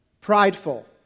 prideful